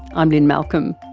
i'm lynne malcolm.